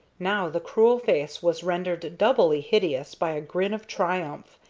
now the cruel face was rendered doubly hideous by a grin of triumph,